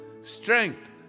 Strength